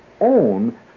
own